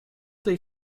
tej